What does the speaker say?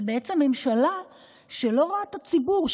ממשלה שלא רואה את הציבור,